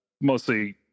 Mostly